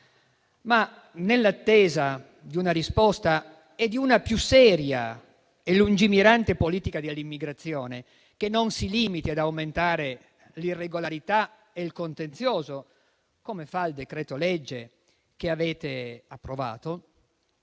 Nell'attesa di una risposta e di una più seria e lungimirante politica di immigrazione, che non si limiti ad aumentare l'irregolarità e il contenzioso, come fa il decreto-legge che avete approvato,